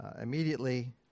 immediately